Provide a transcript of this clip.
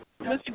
Mr